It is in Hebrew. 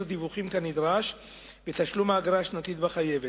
דיווחים כנדרש ותשלום האגרה השנתית שהיא חייבת.